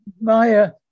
Maya